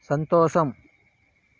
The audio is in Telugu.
సంతోషం